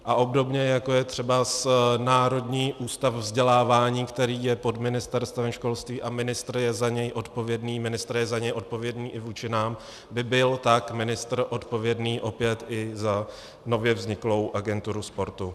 A obdobně jako je třeba Národní ústav vzdělávání, který je pod Ministerstvem školství, a ministr je za něj odpovědný, je za něj odpovědný i vůči nám, by tak byl ministr odpovědný opět i za nově vzniklou agenturu sportu.